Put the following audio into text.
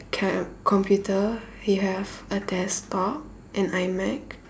kind of computer they have a desktop and iMac